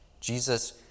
Jesus